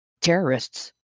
terrorists